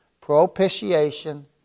Propitiation